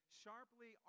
sharply